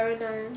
transparent [one]